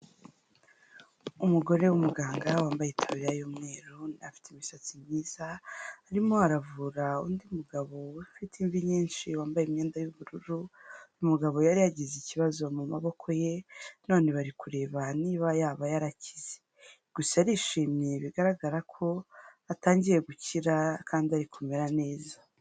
Umugore w'umuganga wambaye itaburiya y'umweru, afite imisatsi myiza, arimo aravura undi mugabo ufite imvi nyinshi wambaye imyenda y'ubururu, umugabo yari yagize ikibazo mu maboko ye, none bari kureba niba yaba yarakize. Gusa arishimye, bigaragara ko atangiye gukira kandi ari kumera neza.